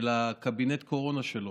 ושל קבינט הקורונה שלו,